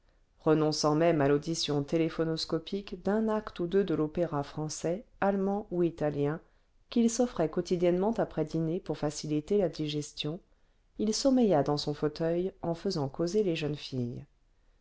renonçant même à l'audition téléphonoscopique d'un acte ou deux de l'opéra français allemand ou italien qu'il s'offrait quotidiennement après dîner our faciliter la digestion il sommeilla dans son fauteuil en faisant causer les jeunes filles